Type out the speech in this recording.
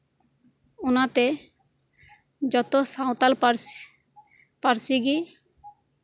ᱚᱱᱟᱛᱮ ᱡᱚᱛᱚ ᱥᱟᱱᱛᱟᱞ ᱯᱟᱹᱨᱥᱤ ᱯᱟᱹᱨᱥᱤ ᱜᱮ